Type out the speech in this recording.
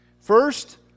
First